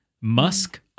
Musk